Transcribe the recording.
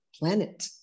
planet